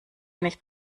nicht